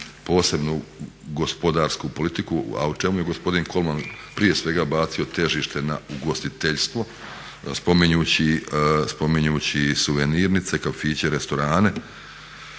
posebnu gospodarsku politiku a o čemu je gospodin Kolman prije svega bacio težište na ugostiteljstvo spominjući suvenirnice, kafiće, restorane